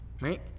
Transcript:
right